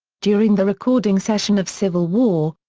during the recording session of civil war,